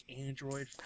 Android